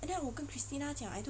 我跟 christina 讲